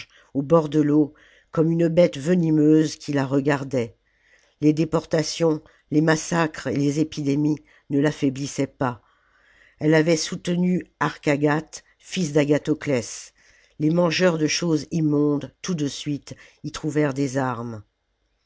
au bord de l'eau comme une bête venimeuse qui la regardait les déportations les massacres et les épidémies ne l'affaiblissaient pas elle avait soutenu archagate fils d'agathoclès les mangeurs de choses immondes tout de suite y trouvèrent des armes